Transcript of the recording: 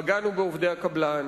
פגענו בעובדי הקבלן,